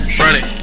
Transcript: running